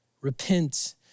Repent